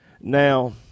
Now